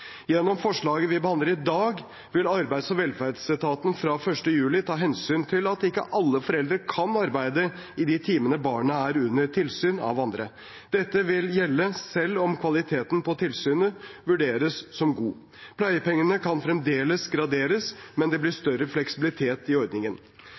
Gjennom forslaget vi behandler i dag, vil Arbeids- og velferdsetaten fra 1. juli ta hensyn til at ikke alle foreldre kan arbeide i de timene barnet er under tilsyn av andre. Dette vil gjelde selv om kvaliteten på tilsynet vurderes som god. Pleiepengene kan fremdeles graderes, men det blir